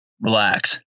relax